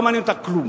לא מעניין אותה כלום.